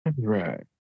Right